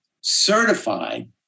certified